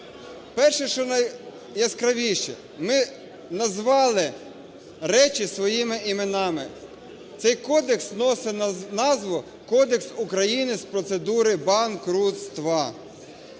Перше, що найяскравіше, ми назвали речі своїми іменами. Цей кодекс носить назву "Кодексу України з процедур банкрутства".